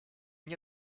nie